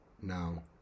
now